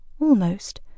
Almost